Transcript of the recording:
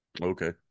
Okay